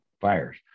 fires